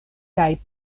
kaj